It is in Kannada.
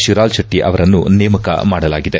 ಶಿರಾಲ್ ಶೆಟ್ಟಿ ಅವರನ್ನು ನೇಮಕ ಮಾಡಲಾಗಿದೆ